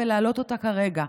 ולהעלות אותה כרגע,